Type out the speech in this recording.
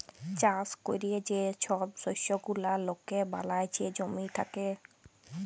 চাষ ক্যরে যে ছব শস্য গুলা লকে বালাচ্ছে জমি থ্যাকে